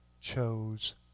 chose